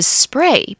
spray